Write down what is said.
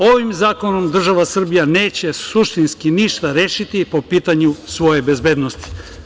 Ovim zakonom država Srbija neće suštinski ništa rešiti po pitanju svoje bezbednosti.